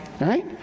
right